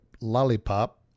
Lollipop